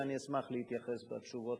ואני אשמח להתייחס בתשובות